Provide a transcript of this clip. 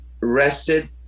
rested